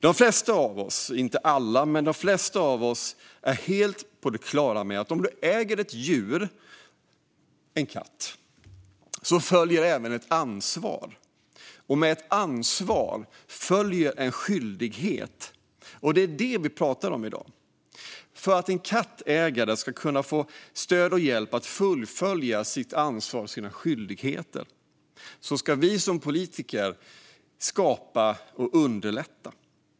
De flesta av oss, inte alla, är helt på det klara med att om man äger ett djur - en katt - följer även ett ansvar, och med ansvar följer en skyldighet. Det är detta vi pratar om i dag. För att en kattägare ska kunna få stöd och hjälp att fullfölja sitt ansvar och sina skyldigheter ska vi som politiker skapa och underlätta.